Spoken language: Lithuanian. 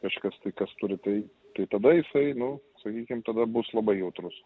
kažkas tai kas turi tai tai tada jisai nu sakykim tada bus labai jautrus